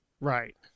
Right